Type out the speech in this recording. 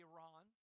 Iran